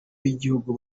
b’igihugu